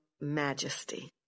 Majesty